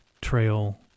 trail